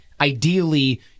Ideally